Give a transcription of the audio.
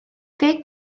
ddeg